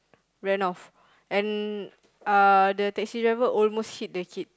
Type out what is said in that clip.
ran off and uh the taxi driver almost hit the kid